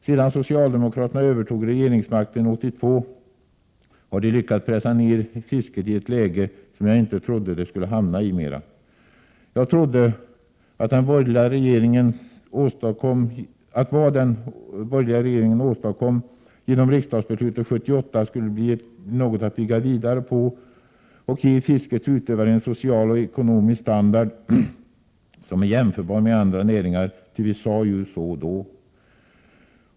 Sedan socialdemokraterna övertog regeringsmakten 1982 har de lyckats pressa ner fisket till ett läge som jag inte trodde det skulle hamna i mer. Jag trodde att vad den borgerliga regeringen åstadkom genom riksdagsbeslutet 1978 skulle bli något att bygga vidare på och ge fiskets utövare en social och ekonomisk standard som är jämförbar med andra näringars — vi sade ju så då.